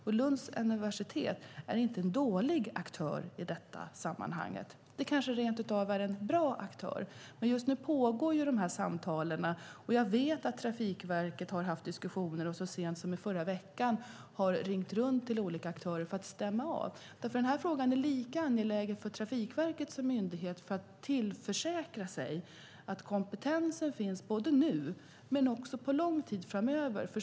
Och Lunds universitet är inte en dålig aktör i detta sammanhang - det kanske rent av är en bra aktör. Just nu pågår samtalen. Jag vet att Trafikverket har haft diskussioner och så sent som förra veckan har ringt runt till olika aktörer för att stämma av. Den här frågan är lika angelägen för Trafikverket som myndighet för att tillförsäkra sig att kompetensen finns både nu och lång tid framöver.